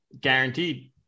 guaranteed